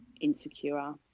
insecure